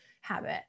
habit